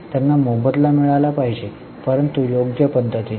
त्यांना मोबदला मिळाला पाहिजे परंतु योग्य पद्धतीने